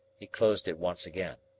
he closed it once again.